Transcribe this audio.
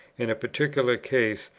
in a particular case,